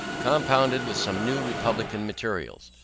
compounded with some new republican materials.